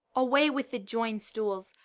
away with the join-stools,